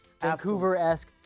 Vancouver-esque